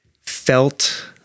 felt